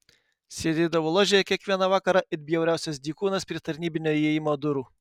sėdėdavo ložėje kiekvieną vakarą it bjauriausias dykūnas prie tarnybinio įėjimo durų